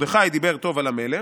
מרדכי דיבר טוב על המלך,